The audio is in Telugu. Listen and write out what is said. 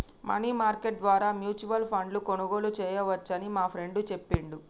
మనీ మార్కెట్ ద్వారా మ్యూచువల్ ఫండ్ను కొనుగోలు చేయవచ్చని మా ఫ్రెండు చెప్పిండు